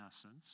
essence